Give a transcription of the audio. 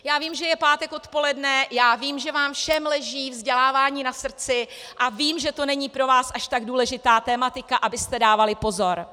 Já vím, že je pátek odpoledne, a vím, že vám všem leží vzdělávání na srdci, a vím, že to není pro vás až tak důležitá tematika, abyste dávali pozor.